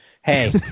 Hey